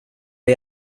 det